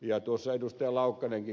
tuossa ed